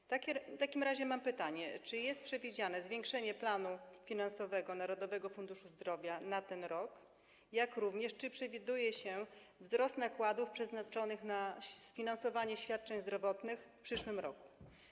W takim razie mam pytanie: Czy jest przewidziane zwiększenie planu finansowego Narodowego Funduszu Zdrowia na ten rok, jak również czy przewiduje się wzrost nakładów przeznaczonych na sfinansowanie świadczeń zdrowotnych w przyszłym roku?